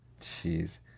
Jeez